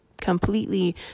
completely